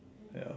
ya